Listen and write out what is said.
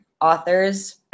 authors